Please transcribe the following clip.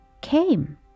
came